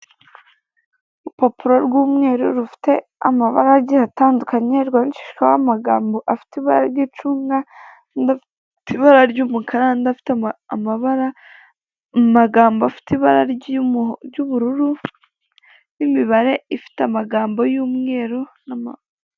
Urupapuro rw'umweru rufite amabara agiye atandukanye, rwandikishijweho amagambo afite ibara ry'icunga, andi afite ibara ry'umukara andi afite amara; amagambo afite ibara ry'ubururu n'imibare ifite amagambo y'umweru n'ama....